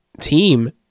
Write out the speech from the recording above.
team